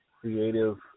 creative